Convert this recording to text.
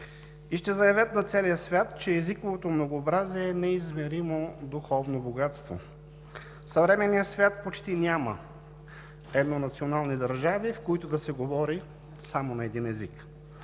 и ще заявят на целия свят, че езиковото многообразие е неизмеримо духовно богатство. В съвременния свят почти няма еднонационални държави, в които да се говори само на един език.